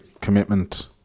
commitment